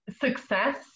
success